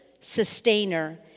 sustainer